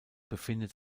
befindet